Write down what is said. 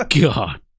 God